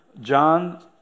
John